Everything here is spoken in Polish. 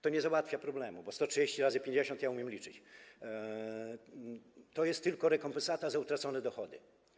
To nie załatwia problemu, bo wiem, ile to 130 razy 50, umiem liczyć, ale to jest tylko rekompensata za utracone dochody.